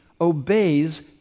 obeys